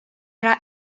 era